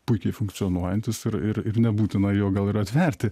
puikiai funkcionuojantis ir ir ir nebūtina jo gal ir atverti